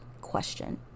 question